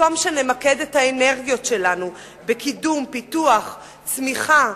במקום שנמקד את האנרגיות שלנו בקידום פיתוח צמיחה,